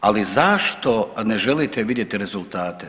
Ali zašto ne želite vidjeti rezultate?